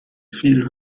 viel